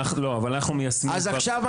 אז עכשיו,